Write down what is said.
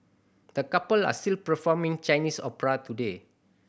the couple are still performing Chinese opera today